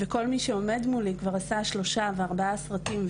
וכל מי שעומד מולי כבר עשה שלושה או ארבעה סרטים,